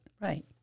Right